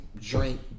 drink